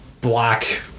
black